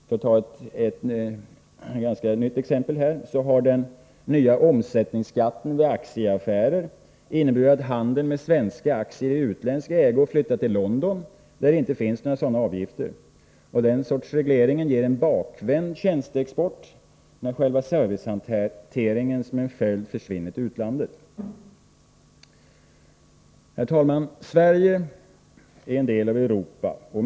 För att ta ett ganska nytt exempel så har den nya omsättningsskatten vid aktieaffärer inneburit att handeln med svenska aktier i utländsk ägo flyttat till London, där det inte finns några sådana avgifter. Den sortens reglering ger en bakvänd tjänsteexport när själva servicehanteringen som en följd försvinner till utlandet. Herr talman! Sverige är en del av Europa.